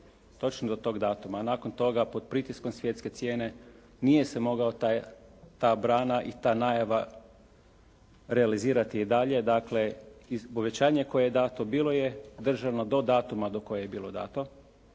točno do tog datuma, a nakon toga pod pritiskom svjetske cijene nije se mogao ta brana i ta najava realizirati i dalje, dakle povećanje koje je dato bilo je državno do datuma do kojeg je bilo dato,